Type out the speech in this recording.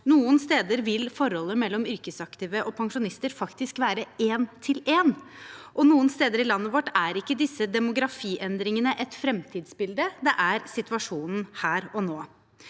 Noen steder vil forholdet mellom yrkesaktive og pensjonister faktisk være én til én. Noen steder i landet vårt er ikke disse demografiendringene et framtidsbilde, det er situasjonen her og nå.